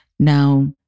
Now